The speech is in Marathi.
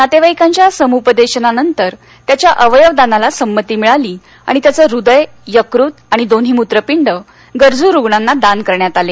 नातेवाईकांच्या समुपदेशनानंतर त्याच्या अवयव दानाला संमती मिळाली आणि त्याचं हृदय यकृत आणि दोन्ही मूत्रपिंड गरजू रुग्णांना दान करण्यात आलं